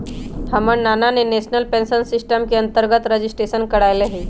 हमर नना ने नेशनल पेंशन सिस्टम के अंतर्गत रजिस्ट्रेशन करायल हइ